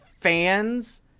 fans